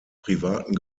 privaten